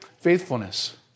faithfulness